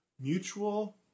mutual